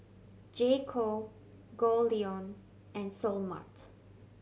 J Co Goldlion and Seoul Mart